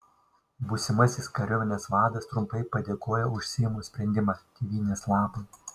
būsimasis kariuomenės vadas trumpai padėkojo už seimo sprendimą tėvynės labui